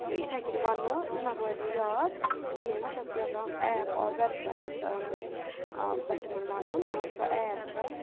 اِتھَے کٔنۍ وَنہٕ یِمَن روزِ نہٕ یاد کِہیٖنۍ وۄنۍ چھَس بہٕ یَژھان ایپ آر وٮ۪بسایٹ پٮ۪ٹھ یِمَن وَنُن سُہ ایپ چھےٚ